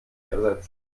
ersetzen